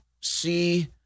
see